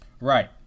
Right